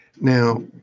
Now